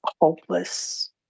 hopeless